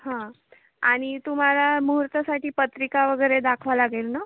हं आणि तुम्हाला मुहूर्तासाठी पत्रिका वगैरे दाखवावी लागेल ना